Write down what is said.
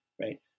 right